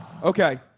Okay